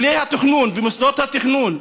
כלי התכנון ומוסדות התכנון,